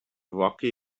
rocky